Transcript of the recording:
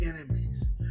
enemies